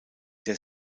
der